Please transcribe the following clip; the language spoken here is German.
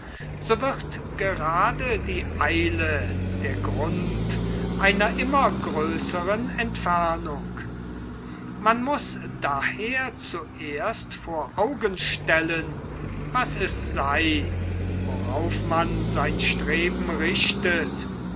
so wird gerade die eile der grund einer immer größeren entfernung man muß daher zuerst vor augen stellen was es sei worauf man sein streben richtet